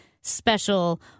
special